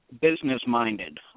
business-minded